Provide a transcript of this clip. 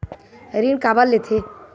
ऋण काबर लेथे?